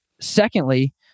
Secondly